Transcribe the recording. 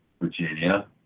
Virginia